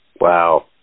Wow